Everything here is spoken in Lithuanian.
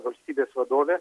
valstybės vadovė